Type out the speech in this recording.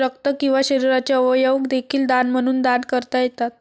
रक्त किंवा शरीराचे अवयव देखील दान म्हणून दान करता येतात